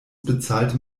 bezahlte